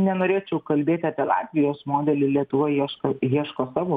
nenorėčiau kalbėti apie latvijos modelį lietuva ieško ieško savo